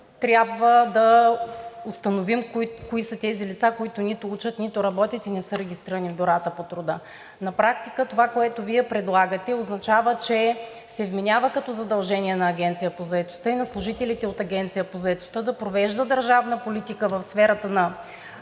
трябва да установим кои са тези лица, които нито учат, нито работят и не са регистрирани в бюрата по труда. На практика това, което Вие предлагате, означава, че се вменява като задължение на Агенцията по заетостта и на служителите от Агенцията по заетостта да провеждат държавна политика в сферата на